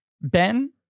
Ben